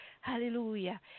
Hallelujah